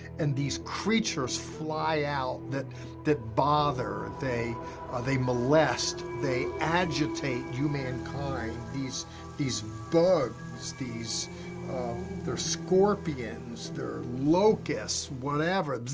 and these creatures fly out that that bother. they they molest. they agitate humankind, these these bugs, these they're scorpions, they're locusts, whatever